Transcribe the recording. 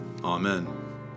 Amen